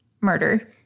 murder